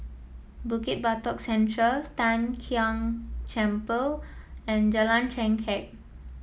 Bukit Batok Central Tian Kong Temple and Jalan Chengkek